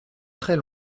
très